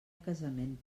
casament